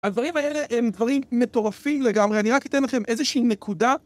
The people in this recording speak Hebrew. הדברים האלה הם דברים מטורפים לגמרי, אני רק אתן לכם איזושהי נקודה.